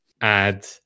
add